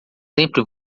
sempre